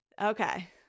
okay